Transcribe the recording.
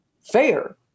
Fair